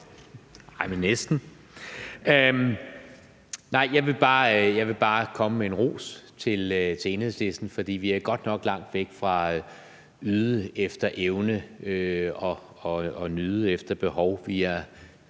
Nej, men næsten. Jeg vil bare komme med en ros til Enhedslisten, for vi er godt nok langt væk fra yde efter evne, nyde efter behov.